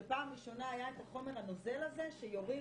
שפעם ראשונה היה את החומר הנוזל הזה שיורים